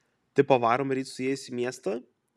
tipo varom ryt su jais į miestą